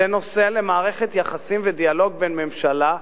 זה נושא למערכת יחסים ודיאלוג בין הממשלה,